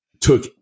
took